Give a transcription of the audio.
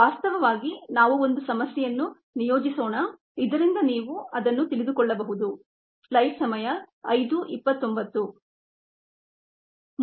ವಾಸ್ತವವಾಗಿ ನಾವು ಒಂದು ಸಮಸ್ಯೆಯನ್ನು ನಿಯೋಜಿಸೋಣ ಇದರಿಂದ ನೀವು ಅದನ್ನು ತಿಳಿದುಕೊಳ್ಳಬಹುದು